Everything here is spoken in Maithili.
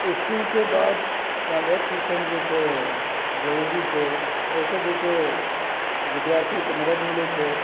इसकुलके बाद साँझक ट्यूशन जे छै जरुरी छै एहिसँ जे छै विद्यार्थीके मदद मिलैत छै